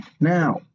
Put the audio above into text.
Now